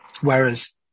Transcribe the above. whereas